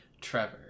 Trevor